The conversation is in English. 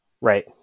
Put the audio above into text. Right